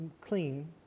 clean